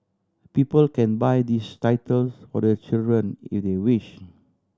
people can buy these titles for their children if they wish